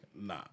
Nah